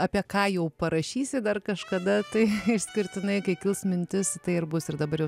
apie ką jau parašysi dar kažkada tai išskirtinai kai kils mintis tai ir bus ir dabar jau